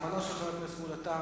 זמנו של חבר הכנסת מולה תם.